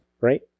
right